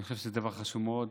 אני חושב שזה דבר חשוב מאוד.